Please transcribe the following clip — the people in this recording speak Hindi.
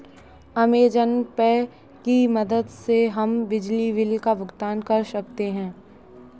अमेज़न पे की मदद से हम बिजली बिल का भुगतान कर सकते हैं